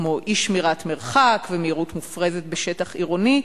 כמו אי-שמירת מרחק ומהירות מופרזת בשטח עירוני,